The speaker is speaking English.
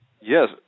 Yes